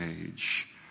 age